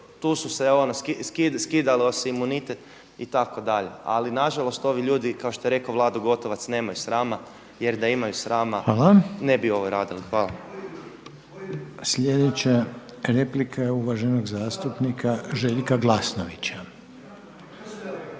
Tu su se ono skidao se imunitet itd. Ali na žalost ovi ljudi kao što je rekao Vlado Gotovac nemaju srama, jer da imaju srama ne bi ovo radili. Hvala. **Reiner, Željko (HDZ)** Hvala. Sljedeća replika je uvaženog zastupnika Željka Glasnovića.